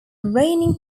reigning